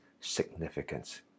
significance